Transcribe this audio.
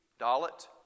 Dalit